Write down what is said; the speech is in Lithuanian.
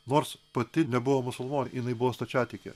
nors pati nebuvo musulmonė jinai buvo stačiatikė